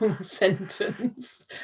sentence